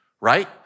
Right